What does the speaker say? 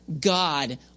God